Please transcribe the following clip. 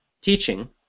teaching